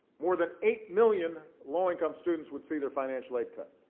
more than eight million low-income students would see their financial aid cut.